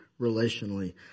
relationally